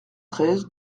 treize